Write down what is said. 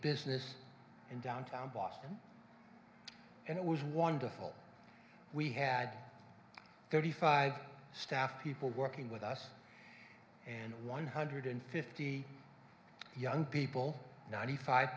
business in downtown boston and it was wonderful we had thirty five staff people working with us and one hundred fifty young people ninety five